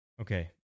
Okay